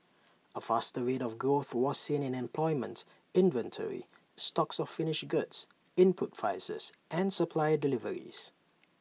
A faster rate of growth was seen in employment inventory stocks of finished goods input prices and supplier deliveries